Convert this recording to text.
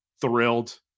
thrilled